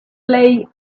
play